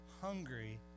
hungry